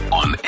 on